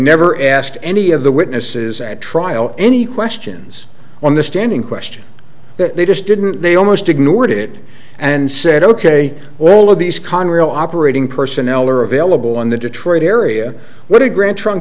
never asked any of the witnesses at trial any questions on the standing question that they just didn't they almost ignored it and said ok all of these congress operating personnel are available in the detroit area what a grand trunk